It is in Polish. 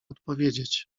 odpowiedzieć